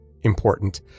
important